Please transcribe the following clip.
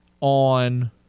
on